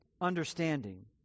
understanding